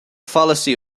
fallacy